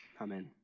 Amen